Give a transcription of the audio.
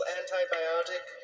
antibiotic